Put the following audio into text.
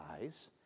eyes